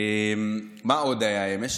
מה עוד היה אמש?